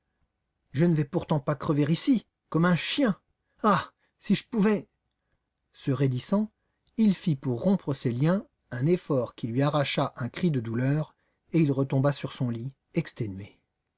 je ne vais pourtant pas crever ici comme un chien ah si je pouvais se raidissant il fit pour rompre ses liens un effort qui lui arracha un cri de douleur et il retomba sur son lit exténué